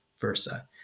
versa